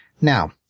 Now